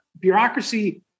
Bureaucracy